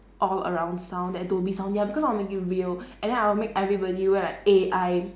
all around sound that dhoby sound ya because I want it to make it real and then I'll make everybody wear like A_I